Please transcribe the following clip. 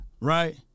right